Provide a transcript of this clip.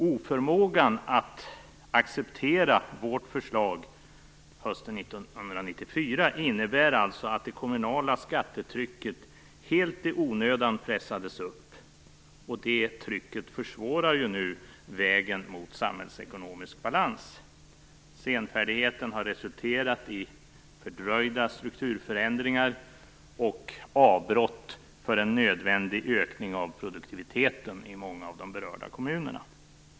Oförmågan att acceptera vårt förslag hösten 1994 innebar alltså att det kommunala skattetrycket helt i onödan pressades upp. Det trycket försvårar nu vägen mot samhällsekonomisk balans. Senfärdigheten har resulterat i fördröjda strukturförändringar och avbrott för en nödvändig ökning av produktiviteten i många av de berörda kommunerna.